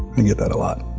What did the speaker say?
i mean yeah that a lot.